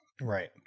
Right